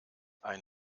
ein